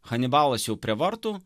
hanibalas jau prie vartų